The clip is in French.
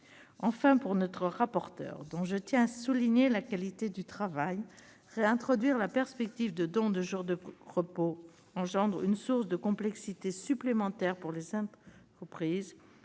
effet, pour notre rapporteur, dont je tiens à souligner la qualité du travail, réintroduire la perspective de dons de jours de repos est une source de complexité supplémentaire pour les entreprises